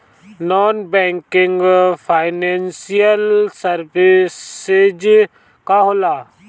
Non banking financial services का होला?